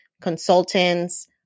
consultants